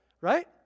right